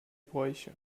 bräuche